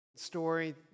story